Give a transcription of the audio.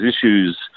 issues